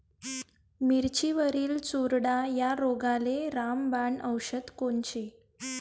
मिरचीवरील चुरडा या रोगाले रामबाण औषध कोनचे?